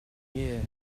year